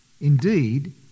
Indeed